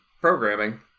programming